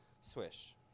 swish